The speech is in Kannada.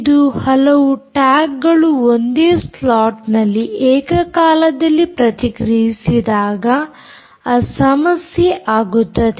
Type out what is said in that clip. ಇದು ಹಲವು ಟ್ಯಾಗ್ಗಳು ಒಂದೇ ಸ್ಲಾಟ್ನಲ್ಲಿ ಏಕ ಕಾಲದಲ್ಲಿ ಪ್ರತಿಕ್ರಿಯಿಸಿದಾಗ ಆ ಸಮಸ್ಯೆ ಆಗುತ್ತದೆ